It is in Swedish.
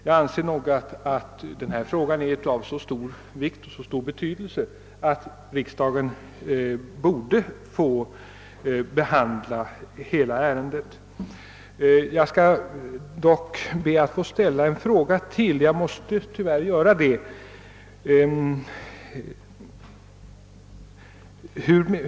Jag anser att detta spörsmål är av så stor vikt att riksdagen borde få behandla hela ärendet. Jag måste tyvärr be att få ställa ytterligare en fråga.